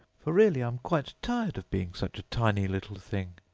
for really i'm quite tired of being such a tiny little thing